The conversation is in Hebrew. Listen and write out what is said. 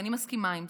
ואני מסכימה לזה.